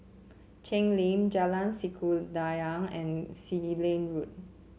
Cheng Lim Jalan Sikudangan and Sealand Road